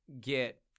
get